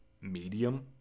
medium